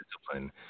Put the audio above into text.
discipline